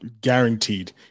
guaranteed